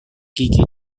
gigi